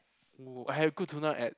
!oo! I had good tuna at